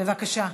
בבקשה.